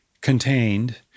contained